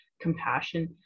compassion